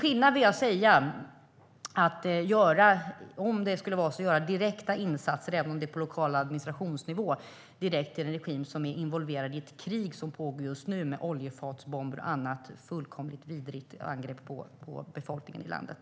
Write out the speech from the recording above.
Jag vill dock säga att det är en annan sak att göra direkta insatser - om det nu skulle vara så - även om det är på lokal administrationsnivå, direkt till en regim som är involverad i ett krig som pågår just nu med oljefatsbomber och andra fullkomligt vidriga angrepp på befolkningen i landet.